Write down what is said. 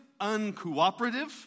uncooperative